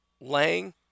Lang